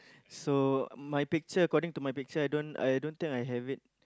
so my picture according to my picture I don't I don't think I have it